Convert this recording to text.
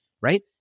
right